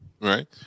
Right